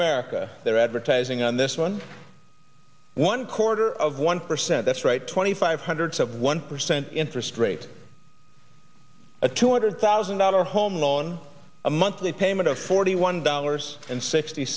america they're advertising on this one one quarter of one percent that's right twenty five have one percent interest rate a two hundred thousand dollar home loan a monthly payment of forty one dollars and sixty